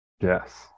Yes